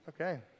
Okay